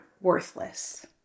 worthless